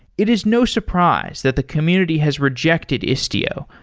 it is no surprise that the community has rejected istio,